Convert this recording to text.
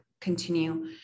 continue